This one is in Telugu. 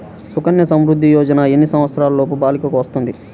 సుకన్య సంవృధ్ది యోజన ఎన్ని సంవత్సరంలోపు బాలికలకు వస్తుంది?